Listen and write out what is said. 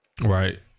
right